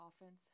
offense